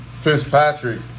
Fitzpatrick